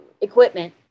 equipment